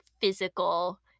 physical